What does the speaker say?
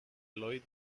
lloyd